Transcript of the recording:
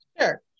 Sure